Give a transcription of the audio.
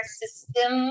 system